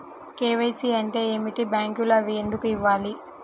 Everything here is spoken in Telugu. కే.వై.సి అంటే ఏమిటి? బ్యాంకులో అవి ఎందుకు ఇవ్వాలి?